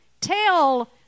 Tell